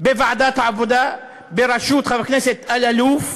בוועדת העבודה, בראשות חבר הכנסת אלאלוף,